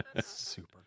Super